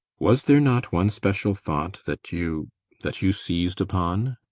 was there not one special thought that you that you seized upon?